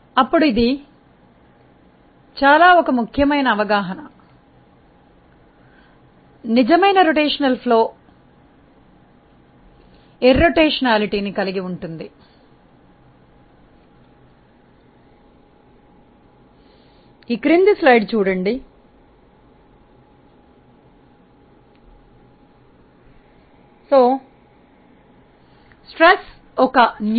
మరియు అప్పుడు ఒక నిజమైన భ్రమణ ప్రవాహం భ్రమణ రహిత చలనం కలిగి ఉంటుంది ఇది చాలా ముఖ్యమైన అవగాహన